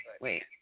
Wait